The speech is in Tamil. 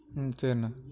ம் சேரிண